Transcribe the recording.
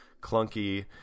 clunky